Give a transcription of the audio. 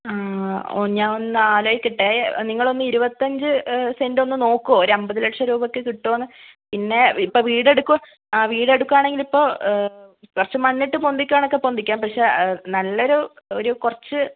ഞാൻ ഒന്ന് ആലോചിക്കട്ടെ നിങ്ങൾ ഒന്ന് ഇരുപത്തഞ്ച് സെൻറ് ഒന്ന് നോക്കുവോ ഒരമ്പത് ലക്ഷം രൂപയ്ക്ക് കിട്ടുവോ എന്ന് പിന്നെ ഇപ്പോൾ വീട് എടുക്കുവോ ആ വീട് എടുക്കുവാണെങ്കിൽ ഇപ്പോൾ കുറച്ച് മണ്ണിട്ട് പൊന്തിക്കാനൊക്കെ പൊന്തിക്കാം പക്ഷേ നല്ലൊരു ഒരു കുറച്ച്